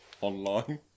online